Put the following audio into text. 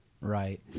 right